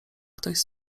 ktoś